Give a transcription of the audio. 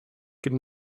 could